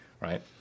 right